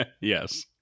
Yes